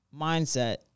mindset